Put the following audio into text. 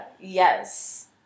yes